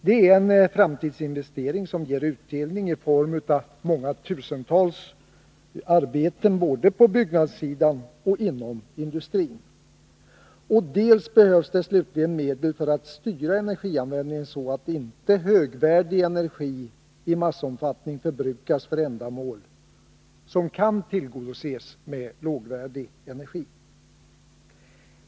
Det är en framtidsinvestering som ger utdelning i form av många tusental arbeten både på byggnadssidan och inom industrin. Dels behövs det slutligen medel för att styra energianvändningen så, att inte högvärdig energi i massomfattning förbrukas för ändamål som kan tillgodoses med lågvärdig energi.